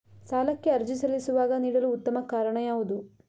ಸಾಲಕ್ಕೆ ಅರ್ಜಿ ಸಲ್ಲಿಸುವಾಗ ನೀಡಲು ಉತ್ತಮ ಕಾರಣ ಯಾವುದು?